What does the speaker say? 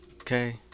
Okay